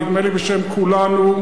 נדמה לי בשם כולנו,